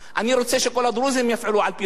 אני רוצה שכל הדרוזים יפעלו על-פי חוק,